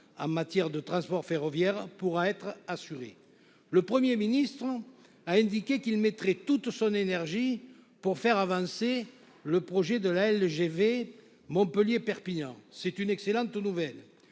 en matière de transport ferroviaire, pourra être assuré. Le Premier ministre a indiqué qu'il mettrait toute son énergie pour faire avancer le projet de la ligne à grande vitesse entre Montpellier et Perpignan. C'est une excellente nouvelle.